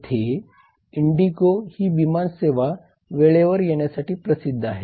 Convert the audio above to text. येथे इंडिगो ही विमानसेवा वेळेवर येण्यासाठी प्रसिद्ध आहे